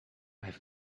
have